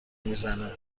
میزنه